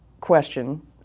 question